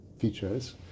Features